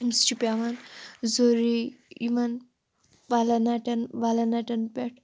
أمِس چھُ پٮ۪وان ضروٗرِی یِمَن پَلینَٹَن وَلینَٹَن پٮ۪ٹھ